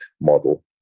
model